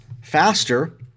faster